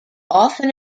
often